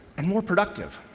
and more productive